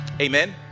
amen